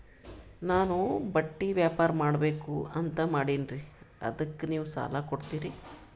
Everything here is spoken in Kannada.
ನಾನು ಬಟ್ಟಿ ವ್ಯಾಪಾರ್ ಮಾಡಬಕು ಅಂತ ಮಾಡಿನ್ರಿ ಅದಕ್ಕ ನೀವು ಸಾಲ ಕೊಡ್ತೀರಿ?